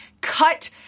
cut